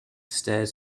stares